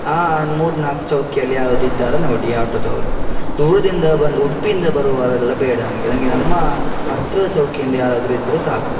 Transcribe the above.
ಆ ಮೂರು ನಾಲ್ಕು ಚೌಕಿಯಲ್ಲಿ ಯಾರಾದರು ಇದ್ದಾರ ನೋಡಿ ಆಟೋದವರು ದೂರದಿಂದ ಬಂದು ಉಡುಪಿಯಿಂದ ಬರುವವರೆಲ್ಲ ಬೇಡ ನನಗೆ ನಂಗೆ ನಮ್ಮ ಹತ್ತಿರದ ಚೌಕಿಯಿಂದ ಯಾರಾದರೂ ಇದ್ರೆ ಸಾಕು